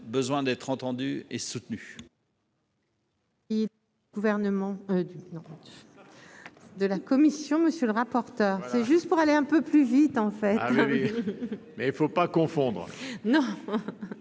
besoin d'être entendue et soutenue.